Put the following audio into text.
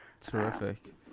Terrific